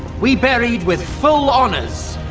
we buried with full honours.